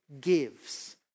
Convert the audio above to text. gives